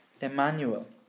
Emmanuel